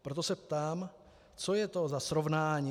Proto se ptám, co je to za srovnání?